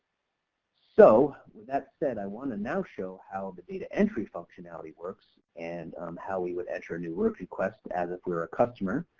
so with that said i want to now show how the data entry functionality works and how we would enter a new work request as if we were a customer.